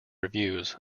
reviews